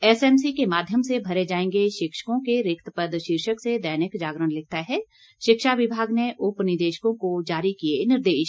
SMC के माध्यम से भरे जाएंगे शिक्षकों के रिक्त पद शीर्षक से दैनिक जागरण लिखता है शिक्षा विभाग ने उप निदेशकों को जारी किए निर्देश